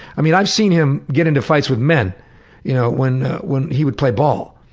i've seen i've seen him get into fights with men you know when when he would play ball.